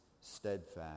steadfast